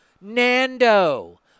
Nando